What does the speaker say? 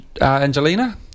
Angelina